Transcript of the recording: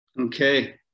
Okay